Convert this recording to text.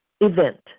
event